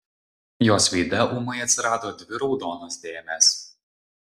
jos veide ūmai atsirado dvi raudonos dėmės